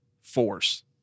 force